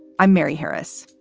i'm mary harris.